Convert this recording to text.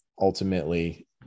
ultimately